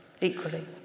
equally